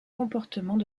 comportements